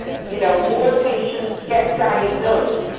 you know, more patients get diagnosed.